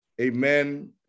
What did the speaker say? Amen